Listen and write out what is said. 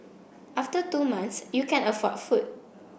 after two months you can afford food